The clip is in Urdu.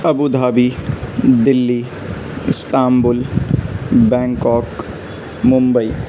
Abu Dhabi Delhi Istanbul Bangkok Mumbai